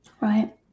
right